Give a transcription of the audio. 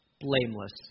blameless